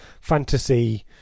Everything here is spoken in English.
fantasy